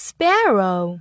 Sparrow